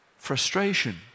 frustration